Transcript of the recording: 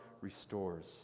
restores